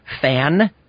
Fan